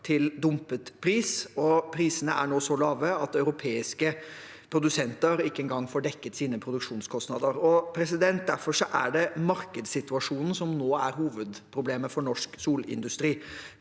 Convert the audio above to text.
til dumpet pris. Prisene er nå så lave at europeiske produsenter ikke engang får dekket sine produksjonskostnader. Det er markedssituasjonen som nå er hovedproblemet for norsk solindustri.